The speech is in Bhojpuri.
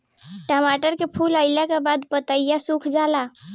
टमाटर में फूल अईला के बाद पतईया सुकुर जाले?